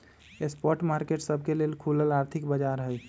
spot market सबके लेल खुलल आर्थिक बाजार हइ